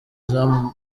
izamu